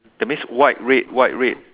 that means white red white red